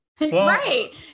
Right